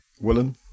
Willen